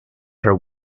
her